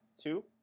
two